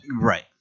Right